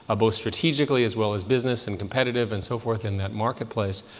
ah both strategically as well as business and competitive and so forth in that marketplace.